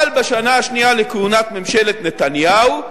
אבל בשנה השנייה לכהונת ממשלת נתניהו,